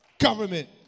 Government